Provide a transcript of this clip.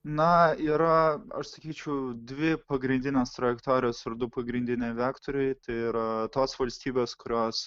na yra aš sakyčiau dvi pagrindinės trajektorijos ir du pagrindiniai vektoriai tai yra tos valstybės kurios